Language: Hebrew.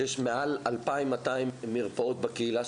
כשיש מעל 2,200 מרפאות בקהילה,